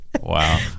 wow